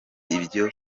ibyo